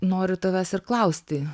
noriu tavęs ir klausti